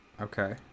Okay